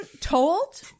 told